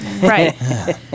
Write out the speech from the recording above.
Right